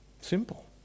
Simple